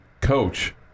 coach